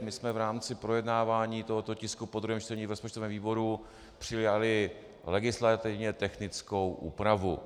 My jsme v rámci projednávání tohoto tisku po druhém čtení v rozpočtovém výboru přijali legislativně technickou úpravu.